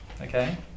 okay